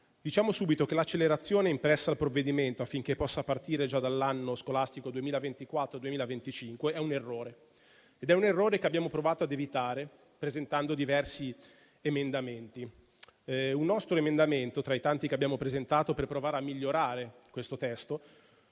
Diciamo subito che l'accelerazione impressa al provvedimento affinché possa partire già dall'anno scolastico 2024-2025 è un errore, che abbiamo provato a evitare presentando diversi emendamenti. Un nostro emendamento, tra i tanti che abbiamo presentato per provare a migliorare il testo,